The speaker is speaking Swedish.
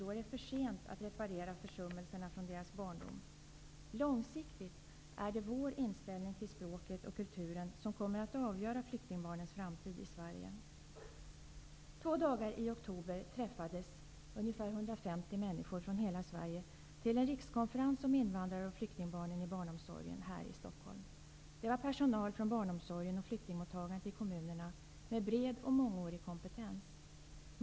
Då är det för sent att reparera försummelserna från deras barndom. Långsiktigt är det vår inställning till språket och kulturen som kommer att avgöra flyktingbarnens framtid i Två dagar i oktober träffades här i Stockholm ungefär 150 människor från hela Sverige till en rikskonferens om invandrar och flyktingbarnen i barnomsorgen. Det var personal från barnomsorgen och flyktingmottagandet i kommunerna med bred och mångårig kompetens.